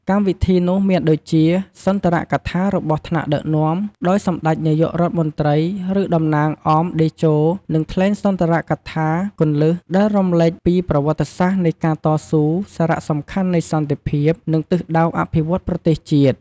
កម្មវិធីនោះមានដូចជា សុន្ទរកថារបស់ថ្នាក់ដឹកនាំ ដោយសម្ដេចនាយករដ្ឋមន្ត្រី ឬតំណាងអមតេជោ នឹងថ្លែងសុន្ទរកថាគន្លឹះដែលរំលេចពីប្រវត្តិសាស្ត្រនៃការតស៊ូ សារៈសំខាន់នៃសន្តិភាព និងទិសដៅអភិវឌ្ឍន៍ប្រទេសជាតិ។